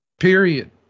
period